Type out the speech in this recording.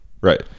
Right